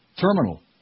Terminal